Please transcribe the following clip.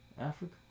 Africa